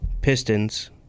Pistons